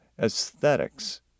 aesthetics